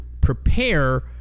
prepare